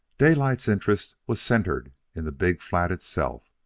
daylight's interest was centered in the big flat itself,